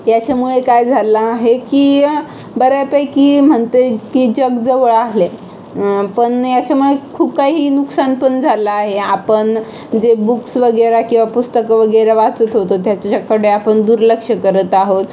याच्यामुळे काय झालं आहे की बऱ्यापैकी म्हणते आहेत की जग जवळ आहे पण याच्यामुळे खूप काही नुकसान पण झालं आहे आपण जे बुक्स वगैरे किंवा पुस्तकं वगैरे वाचत होतो त्याच्याकडे आपण दुर्लक्ष करत आहोत